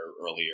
earlier